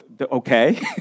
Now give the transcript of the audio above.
okay